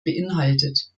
beinhaltet